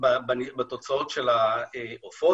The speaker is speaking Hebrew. זה סודר והיכן זה עומד?